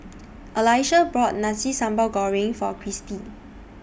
Alesha bought Nasi Sambal Goreng For Christie